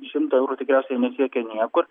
šimto eurų tikriausiai nesiekia niekur